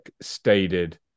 stated